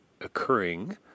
occurring